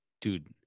dude